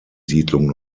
siedlung